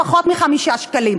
פחות מ-5 שקלים.